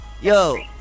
yo